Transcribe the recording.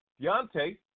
Deontay